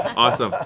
awesome.